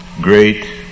great